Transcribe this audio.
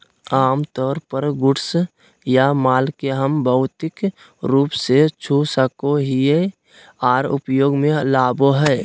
आमतौर पर गुड्स या माल के हम भौतिक रूप से छू सको हियै आर उपयोग मे लाबो हय